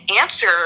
answer